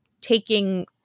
taking